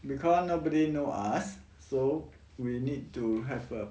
because nobody know us so we need to have a